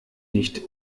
nicht